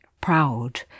proud